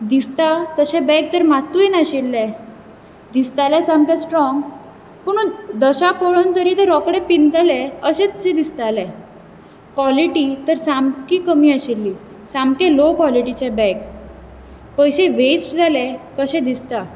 दिसता तशें बॅग तर मात्तूय नाशिल्लें दिसतालें सामकें स्ट्राँग पुणून दशा पळोवन तरी तें रोकडें पिनतलें अशेंचशें दिसतालें कॉलेटी तर सामकी कमी आशिल्ली सामकें लो कॉलेटीचें बॅग पयशे वेस्ट जाले कशें दिसता